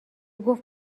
گفت